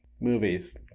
movies